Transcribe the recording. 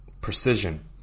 precision